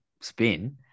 spin